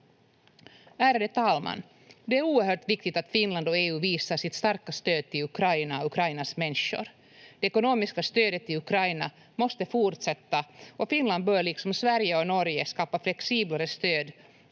Ärade talman! Det är oerhört viktigt att Finland och EU visar sitt starka stöd till Ukraina och Ukrainas människor. Det ekonomiska stödet till Ukraina måste fortsätta och Finland bör, liksom Sverige och Norge, skapa flexiblare stöd